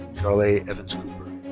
charlai evans cooper.